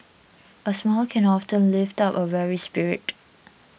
a smile can often lift up a weary spirit